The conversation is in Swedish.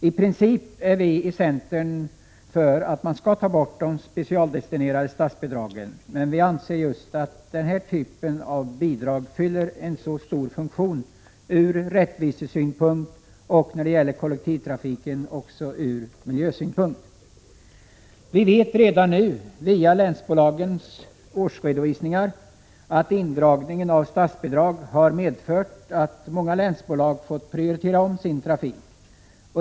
I princip är vi i centern för ett borttagande av de specialdestinerade statsbidragen, men vi anser att just denna typ av bidrag fyller en viktig funktion ur rättvisesynpunkt och när det gäller kollektivtrafiken också ur miljösynpunkt. Vi vet redan nu, via länsbolagens årsredovisningar, att indragningen av statsbidrag har medfört att många länsbolag har fått prioritera om sin trafik.